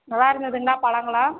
நல்லாயிருந்துதுங்களா பழங்கள்லாம்